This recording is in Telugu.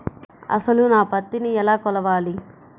అసలు నా పత్తిని ఎలా కొలవాలి?